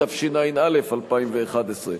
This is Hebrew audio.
התשע"א 2011,